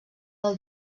del